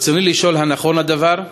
רצוני לשאול: 1. האם נכון הדבר?